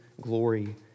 glory